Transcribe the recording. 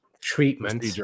treatment